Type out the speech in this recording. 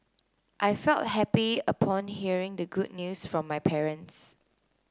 I felt happy upon hearing the good news from my parents